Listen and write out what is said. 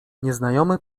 nieznajomy